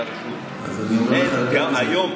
גם היום,